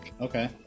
okay